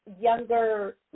younger